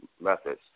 methods